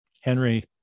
Henry